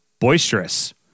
boisterous